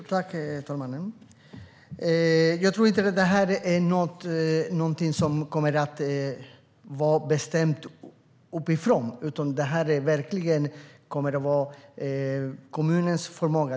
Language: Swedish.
Herr talman! Jag tror inte att det här är något som kommer att vara bestämt uppifrån, utan det kommer verkligen att baseras på kommunernas förmåga.